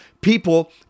people